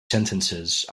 sentences